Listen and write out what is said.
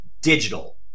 digital